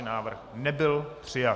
Návrh nebyl přijat.